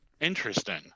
Interesting